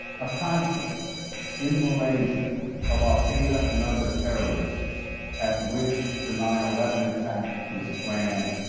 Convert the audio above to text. a conference in malaysia of al-qaeda and other terrorists at which the nine eleven attack was planned,